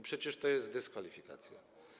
Przecież to jest dyskwalifikacja.